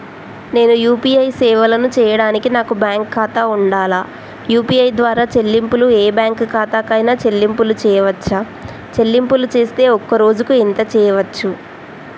నేను యూ.పీ.ఐ సేవలను చేయడానికి నాకు బ్యాంక్ ఖాతా ఉండాలా? యూ.పీ.ఐ ద్వారా చెల్లింపులు ఏ బ్యాంక్ ఖాతా కైనా చెల్లింపులు చేయవచ్చా? చెల్లింపులు చేస్తే ఒక్క రోజుకు ఎంత చేయవచ్చు?